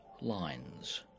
Lines